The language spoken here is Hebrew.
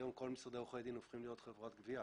היום כל משרדי עורכי הדין הופכים להיות חברת גבייה.